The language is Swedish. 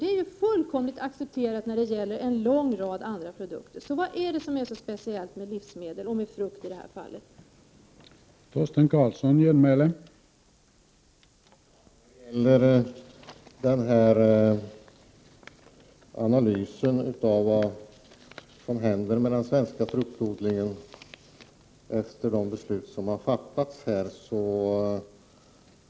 Det är ju fullkomligt accepterat när det gäller en lång rad andra produkter. Vad är det som är så speciellt med livsmedel — i det här fallet frukt?